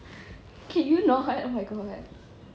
can't you not oh my god